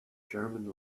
german